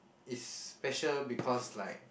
is special because like